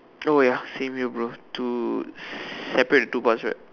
oh ya same here bro two separate in two parts right